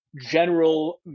general